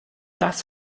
das